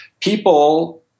people